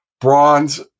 Bronze